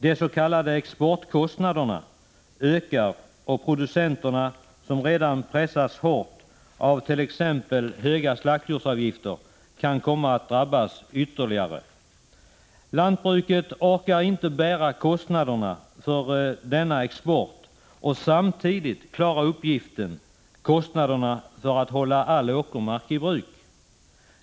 De s.k. exportkostnaderna ökar, och producenterna, som redan pressas hårt av t.ex. höga slaktdjursavgifter, kan komma att drabbas ytterligare. Lantbruket orkar inte bära kostnaderna för denna export och samtidigt klara kostnaderna för att hålla all åkermark i bruk.